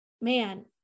man